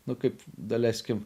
nu kaip daleiskim